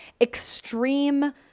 extreme